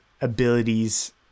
abilities